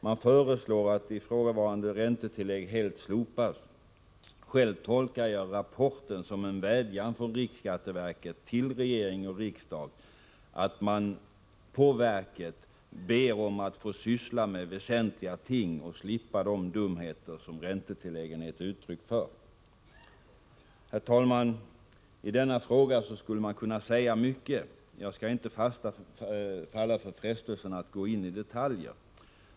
Man föreslår att ifrågavarande räntetillägg helt slopas. Själv tolkar jag rapporten som en vädjan från riksskatteverket till regering och riksdag om att få syssla med väsentliga ting och slippa de dumheter som räntetilläggen är ett uttryck för. Herr talman! I denna fråga skulle man kunna säga mycket. Men jag skall inte falla för frestelsen att gå in i detaljer.